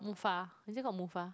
mufa is it called mufa